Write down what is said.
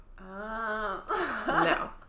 no